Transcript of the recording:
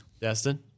Destin